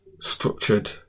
structured